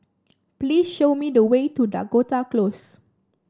please show me the way to Dakota Close